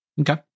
Okay